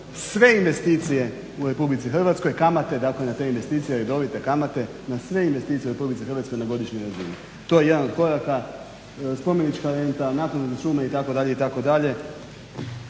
sve investicije u Republici Hrvatskoj. Kamate, dakle na te investicije, redovite kamate na sve investicije u Republici Hrvatskoj na godišnjoj razini. To je jedan od koraka, spomenička renta, naknada za šume itd.